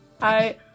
Hi